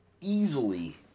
easily